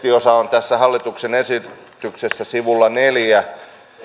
tässä hallituksen esityksessä sivulla neljä